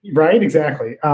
right, exactly.